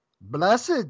blessed